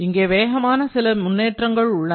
இங்கே வேகமான சில முன்னேற்றங்கள் உள்ளன